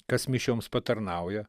kas mišioms patarnauja